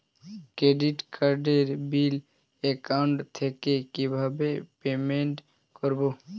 Credit কার্ডের bill account থেকে কিভাবে পেমেন্ট করবো?